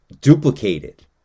duplicated